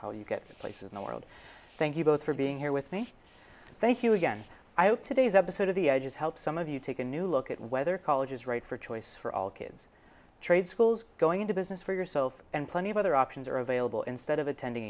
how you get places in the world thank you both for being here with me thank you again i hope today's episode of the edges helps some of you take a new look at whether college is right for choice for all kids trade schools going into business for yourself and plenty of other options are available instead of attending